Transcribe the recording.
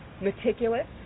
meticulous